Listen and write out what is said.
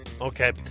okay